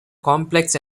complex